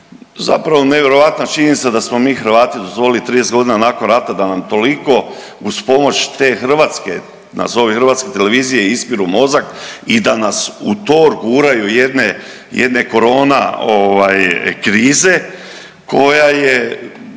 zapravo nevjerojatna činjenica da smo mi Hrvati dozvolili 30 godina nakon rata da nam toliko uz pomoć te hrvatske nazovi hrvatske televizije ispiru mozak i da nas u to guraju jedne, jedne korona ovaj krize koja je,